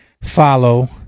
follow